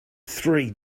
three